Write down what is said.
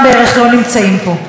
כנסת נכבדה,